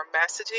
messaging